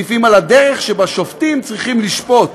סעיפים על הדרך שבה שופטים צריכים לשפוט.